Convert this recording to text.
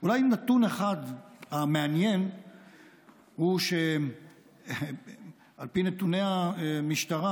אולי נתון אחד מעניין הוא שעל פי נתוני המשטרה,